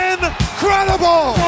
Incredible